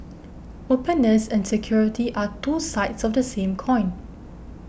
openness and security are two sides of the same coin